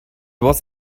was